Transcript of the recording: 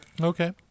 Okay